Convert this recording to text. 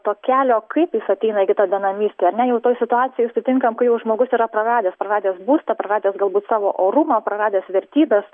to kelio kaip jis ateina iki tą benamystę ar ne jau toj situacijoj sutinkam kai jau žmogus yra praradęs praradęs būstą praradęs galbūt savo orumą praradęs vertybes